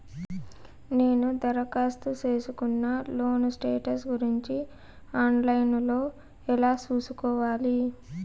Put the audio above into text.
నేను దరఖాస్తు సేసుకున్న లోను స్టేటస్ గురించి ఆన్ లైను లో ఎలా సూసుకోవాలి?